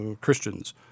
Christians